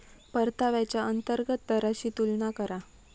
परताव्याच्या अंतर्गत दराशी तुलना करा